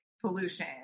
pollution